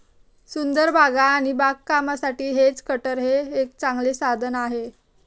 सुंदर बागा आणि बागकामासाठी हेज कटर हे एक चांगले साधन आहे